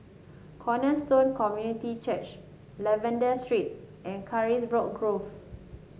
Cornerstone Community Church Lavender Street and Carisbrooke Grove